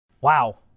Wow